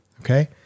Okay